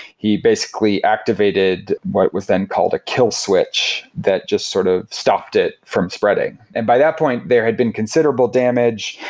he basically activated what was then called a kill switch that just sort of stopped it from spreading. and by that point, there had been considerable damage,